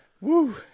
Woo